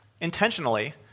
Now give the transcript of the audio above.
intentionally